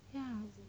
ya